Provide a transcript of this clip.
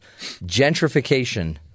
gentrification